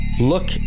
Look